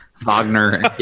Wagner